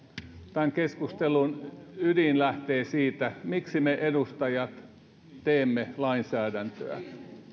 tämän keskustelun ydin lähtee siitä miksi me edustajat teemme lainsäädäntöä